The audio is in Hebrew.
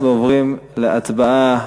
אנחנו עוברים להצבעה